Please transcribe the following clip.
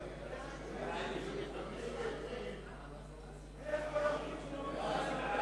ההצעה להעביר את הצעת חוק לתיקון פקודת